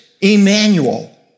Emmanuel